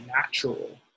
natural